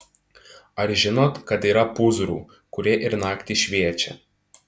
ar žinot kad yra pūzrų kurie ir naktį šviečia